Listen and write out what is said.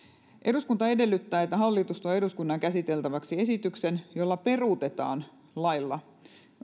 eduskunta edellyttää että hallitus tuo eduskunnan käsiteltäväksi esityksen jolla peruutetaan lailla kuusisataaneljäkymmentäkuusi